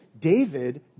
David